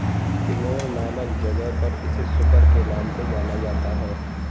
Timor नामक जगह पर इसे सुकर के नाम से जाना जाता है